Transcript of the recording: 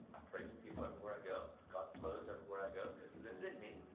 ah pray for people everywhere i go. god flows everywhere i go, because he lives in me.